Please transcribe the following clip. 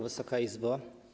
Wysoka Izbo!